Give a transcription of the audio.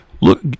Look